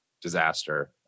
disaster